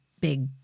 big